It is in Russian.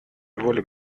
воли